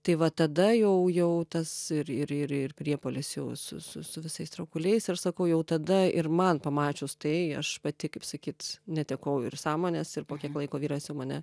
tai va tada jau jau tas ir ir ir ir priepuolis jūs su su su visais traukuliais ir aš sakau jau tada ir man pamačius tai aš pati kaip sakyt netekau ir sąmonės ir po kiek laiko vyras jau mane